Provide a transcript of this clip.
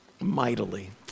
mightily